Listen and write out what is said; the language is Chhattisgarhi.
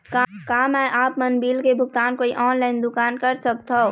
का मैं आपमन बिल के भुगतान कोई ऑनलाइन दुकान कर सकथों?